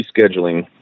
rescheduling